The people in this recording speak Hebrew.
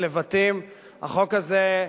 החוק הזה,